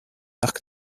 arc